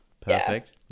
Perfect